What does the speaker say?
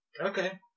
Okay